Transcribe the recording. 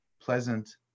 pleasant